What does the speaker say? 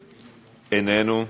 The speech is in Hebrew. איננו.